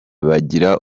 bagira